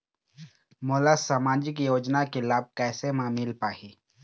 मोला सामाजिक योजना के लाभ कैसे म मिल पाही?